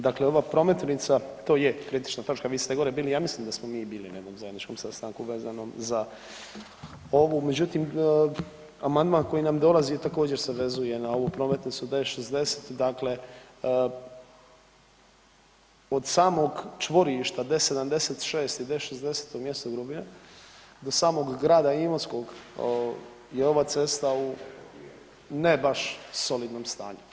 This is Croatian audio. Dakle ova prometnica to je, kritična točka, vi ste gore bili, ja mislim da smo mi i bili na jednom zajedničkom sastanku vezano za ovu, međutim, amandman koji nam dolazi također se vezuje na ovu prometnicu D60, dakle od samog čvorišta D76 i D60 u mjestu Grubine do samog grada Imotskoga je ova cesta u ne baš solidnom stanju.